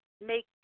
make